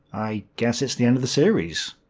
i guess it's the end of the series.